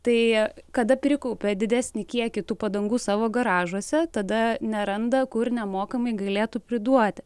tai kada prikaupia didesnį kiekį tų padangų savo garažuose tada neranda kur nemokamai galėtų priduoti